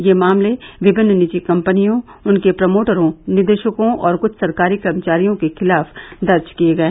ये मामले विभिन्न निजी कंपनियों उनके प्रमोटरों निदेशकों और कुछ सरकारी कर्मचारियों के खिलाफ दर्ज किये गये